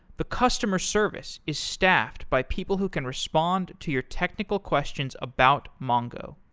the customer service is staffed by people who can respond to your technical questions about mongo.